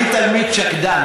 אני תלמיד שקדן,